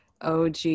OG